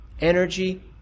energy